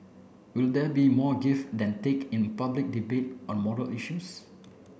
will there be more give than take in public debate on moral issues